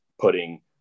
putting